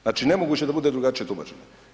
Znači nemoguće da bude drugačije tumačeno.